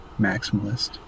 maximalist